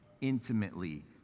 intimately